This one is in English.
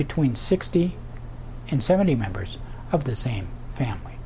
between sixty and seventy members of the same family